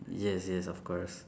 yes yes of course